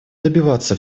добиваться